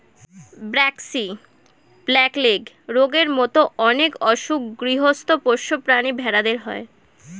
braxy, black leg রোগের মত অনেক অসুখ গৃহস্ত পোষ্য প্রাণী ভেড়াদের হয়